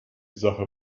sache